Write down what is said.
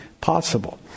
possible